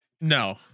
No